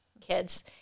kids